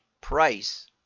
price